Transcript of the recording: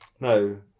No